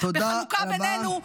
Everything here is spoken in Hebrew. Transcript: בחלוקה בינינו,